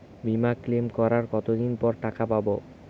বিমা ক্লেম করার কতদিন পর টাকা পাব?